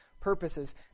purposes